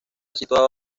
situado